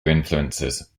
influences